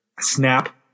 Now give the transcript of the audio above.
snap